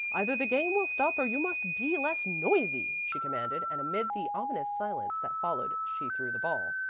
either the game will stop or you must be less noisy, she commanded, and amid the ominous silence that followed she threw the ball.